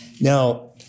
Now